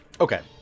Okay